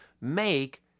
make